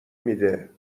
میده